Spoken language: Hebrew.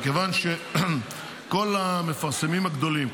מכיוון שכל המפרסמים הגדולים,